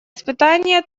испытание